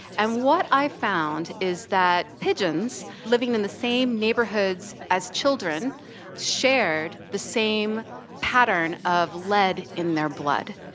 and what i found is that pigeons living in the same neighbourhoods as children shared the same pattern of lead in their blood.